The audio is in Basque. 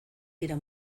dira